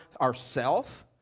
ourself